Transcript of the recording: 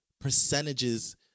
percentages